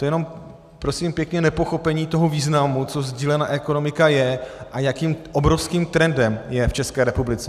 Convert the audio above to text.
Je to jenom prosím pěkně nepochopení toho významu, co sdílená ekonomika je a jakým obrovským trendem je v České republice.